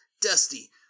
dusty